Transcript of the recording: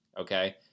okay